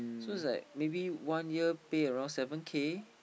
so is like maybe one year pay around like seven K